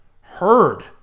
heard